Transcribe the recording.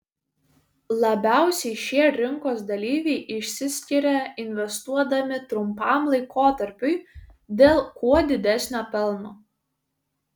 labiausiai šie rinkos dalyviai išsiskiria investuodami trumpam laikotarpiui dėl kuo didesnio pelno